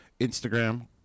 Instagram